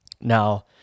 Now